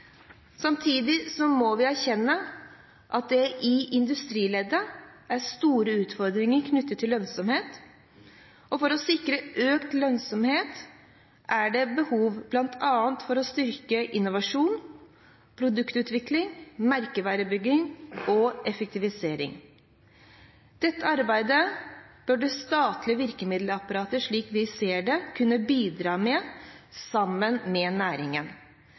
må vi erkjenne at det i industrileddet er store utfordringer knyttet til lønnsomhet, og for å sikre økt lønnsomhet er det behov bl.a. for å styrke innovasjon, produktutvikling, merkevarebygging og effektivisering. Dette arbeidet bør det statlige virkemiddelapparatet, slik vi ser det, kunne bidra med sammen med næringen.